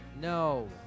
No